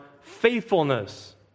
faithfulness